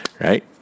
Right